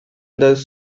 thus